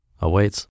awaits